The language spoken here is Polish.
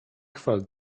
chwal